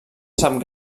sap